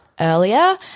earlier